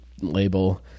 label